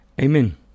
Amen